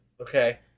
Okay